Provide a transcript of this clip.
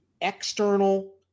external